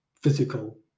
physical